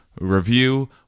review